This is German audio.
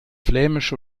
flämisch